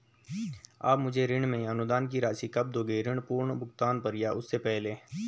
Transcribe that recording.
आप मुझे ऋण में अनुदान की राशि कब दोगे ऋण पूर्ण भुगतान पर या उससे पहले?